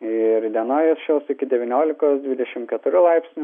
ir įdienojus šils iki devyniolikos dvidešim keturių laipsnių